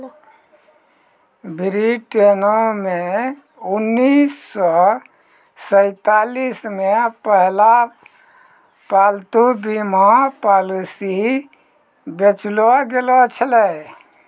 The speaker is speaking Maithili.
ब्रिटेनो मे उन्नीस सौ सैंतालिस मे पहिला पालतू बीमा पॉलिसी बेचलो गैलो छलै